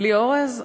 בלי אורז?